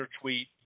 tweet